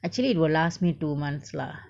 actually it will last me two months lah